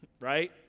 Right